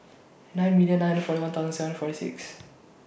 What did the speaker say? nine million nine hundred forty one thousand seven forty six